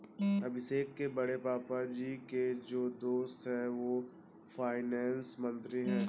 अभिषेक के बड़े पापा जी के जो दोस्त है वो फाइनेंस मंत्री है